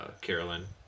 Carolyn